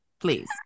please